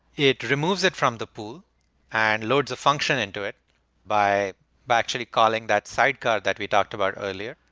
it removes it from the pool and loads a function into it by by actually calling that sidecar that we talked about earlier.